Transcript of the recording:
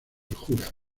jura